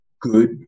good